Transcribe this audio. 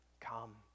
come